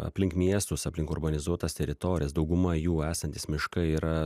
aplink miestus aplink urbanizuotas teritorijas dauguma jų esantys miškai yra